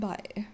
Bye